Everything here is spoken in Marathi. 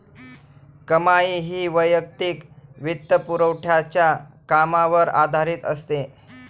कमाई ही वैयक्तिक वित्तपुरवठ्याच्या कामावर आधारित असते